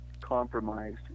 compromised